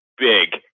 Big